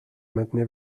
maintenez